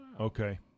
Okay